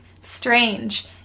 strange